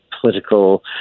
political